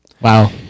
Wow